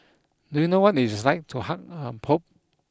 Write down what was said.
do you know what it is like to hug a pope